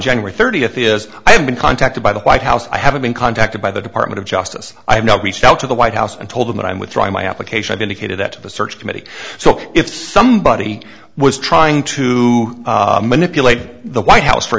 january thirtieth is i have been contacted by the white house i haven't been contacted by the department of justice i have not reached out to the white house and told them that i'm withdrawing my application i've indicated that to the search committee so if somebody was trying to manipulate the white house for